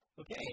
Okay